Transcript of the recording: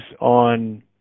on